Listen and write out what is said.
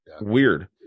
Weird